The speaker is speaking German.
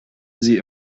sie